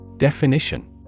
Definition